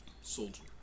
soldier